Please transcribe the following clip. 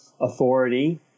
authority